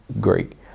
great